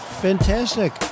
Fantastic